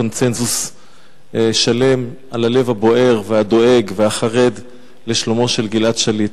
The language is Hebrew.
קונסנזוס שלם על הלב הבוער והדואג והחרד לשלומו של גלעד שליט,